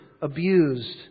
abused